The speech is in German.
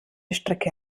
stricke